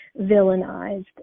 villainized